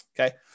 Okay